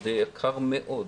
זה יקר מאוד,